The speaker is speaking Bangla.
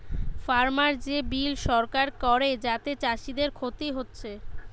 ফার্মার যে বিল সরকার করে যাতে চাষীদের ক্ষতি হচ্ছে